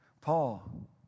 Paul